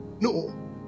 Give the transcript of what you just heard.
No